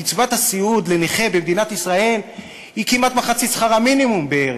קצבת הסיעוד לנכה במדינת ישראל היא כמעט מחצית שכר המינימום בערך.